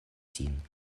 ŝin